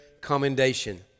commendation